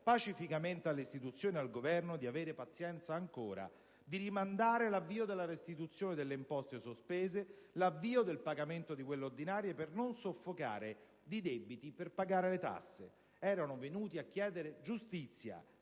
pacificamente alle istituzioni e al Governo di avere pazienza ancora, di rimandare l'avvio delle restituzione delle imposte sospese, l'avvio del pagamento di quelle ordinarie, per non soffocare di debiti per pagare le tasse. Erano venuti a chiedere giustizia,